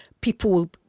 people